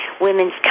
women's